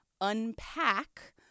unpack